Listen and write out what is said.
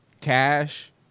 cash